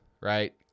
right